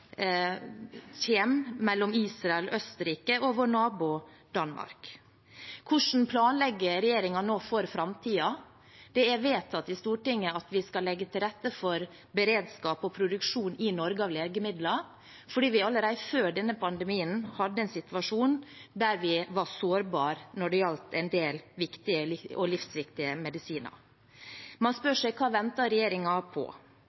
mellom Israel, Østerrike og vår nabo Danmark? Hvordan planlegger regjeringen nå for framtiden? Det er vedtatt i Stortinget at vi skal legge til rette for beredskap og produksjon av legemidler i Norge, fordi vi allerede før denne pandemien hadde en situasjon der vi var sårbare når det gjaldt en del viktige og livsviktige medisiner. Man spør seg hva regjeringen venter på.